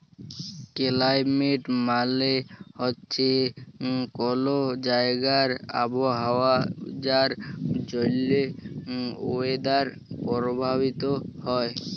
climate মালে হছে কল জাইগার আবহাওয়া যার জ্যনহে ওয়েদার পরভাবিত হ্যয়